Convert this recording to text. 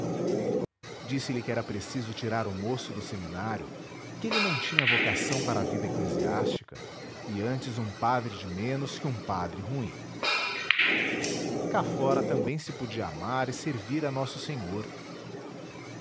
preâmbulos disse-lhe que era preciso tirar o moço do seminário que ele não tinha vocação para a vida eclesiástica e antes um padre de menos que um padre ruim cá fora também se podia amar e servir a nosso senhor